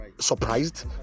surprised